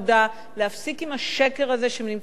להפסיק את השקר הזה שהם נמצאים בישיבות,